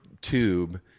tube